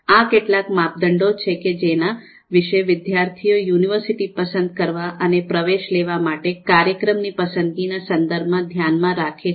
આ કેટલાક માપદંડો છે કે જેના વિશેષ વિદ્યાર્થી યુનિવર્સિટી પસંદ કરવા અને પ્રવેશ લેવા માટેના કાર્યક્રમની પસંદગીના સંદર્ભમાં ધ્યાન માં રાખે છે